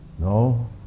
No